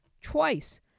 twice